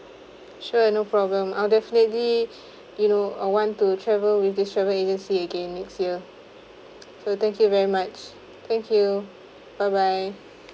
sure no problem I'll definitely you know uh want to travel with this travel agency again next year so thank you very much thank you bye bye